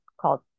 called